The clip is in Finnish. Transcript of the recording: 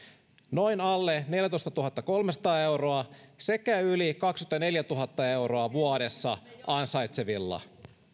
noin alle neljätoistatuhattakolmesataa euroa sekä yli kaksikymmentäneljätuhatta euroa vuodessa ansaitsevilla